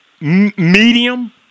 medium